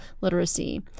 Literacy